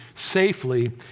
safely